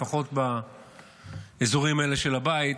לפחות באזורים האלה של הבית,